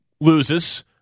loses